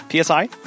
PSI